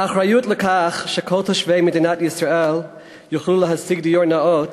האחריות לכך שכל תושבי מדינת ישראל יוכלו להשיג דיור נאות